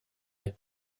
est